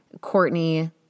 Courtney